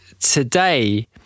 today